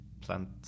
plant